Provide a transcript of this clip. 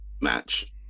match